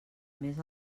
més